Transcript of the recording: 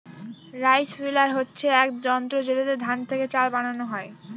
rice huller হচ্ছে এক যন্ত্র যেটাতে ধান থেকে চাল বানানো হয়